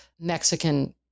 Mexican